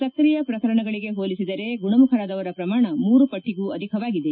ಸ್ಪ್ರೆಯ ಪ್ರಕರಣಗಳಿಗೆ ಹೋಲಿಸಿದರೆ ಗುಣಮುಖರಾದವರ ಪ್ರಮಾಣ ಮೂರು ಪಟ್ಟಗೂ ಅಧಿಕವಾಗಿದೆ